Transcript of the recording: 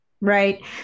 Right